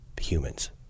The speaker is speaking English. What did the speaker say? humans